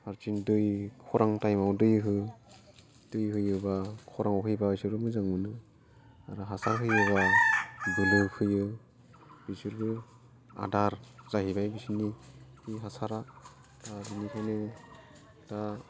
आरो बेथिं दै खरां टाइमाव दै हो दै होयोबा खराङाव होयोबा बिसोरबो मोजां मोनो आरो हासार होयोबा बोलो फैयो बिसोरबो आदार जाहैबाय बिसोरनि बे हासारा आरो बेनिखायनो दा